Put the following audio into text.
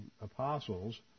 apostles